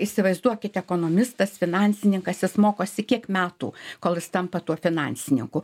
įsivaizduokit ekonomistas finansininkas jis mokosi kiek metų kol jis tampa tuo finansininku